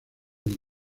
del